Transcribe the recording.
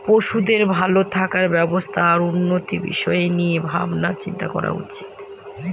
পশুদের ভালো থাকার ব্যবস্থা আর উন্নতির বিষয় নিয়ে ভাবনা চিন্তা করা উচিত